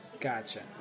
Gotcha